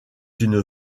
une